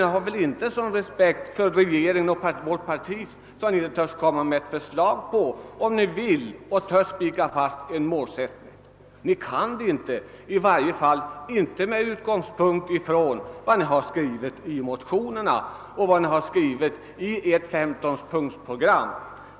Ni har väl inte sådan respekt för regeringen och vårt parti att ni inte törs komma med ett förslag, om ni nu vill ha en målsättning fastställd. Ni kan det inte, i varje fall inte med utgångspunkt 1 vad ni skrivit i motionerna och vad ni har skrivit i ert 15-punktersprogram.